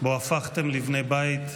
שבו הפכתם לבני בית,